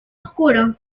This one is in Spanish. oscuro